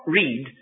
read